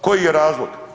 Koji je razlog?